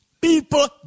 people